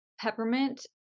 peppermint